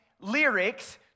lyrics